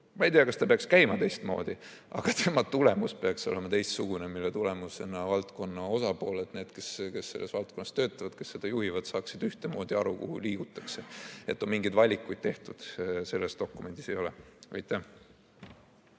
Ma ei tea, kas see peaks käima teistmoodi, aga tema tulemus peaks olema teistsugune. Valdkonna osapooled, need, kes selles valdkonnas töötavad, kes seda juhivad, peaksid saama ühtemoodi aru, kuhu liigutakse ja et on mingeid valikuid tehtud. Selles dokumendis seda ei ole.